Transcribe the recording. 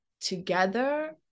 together